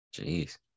jeez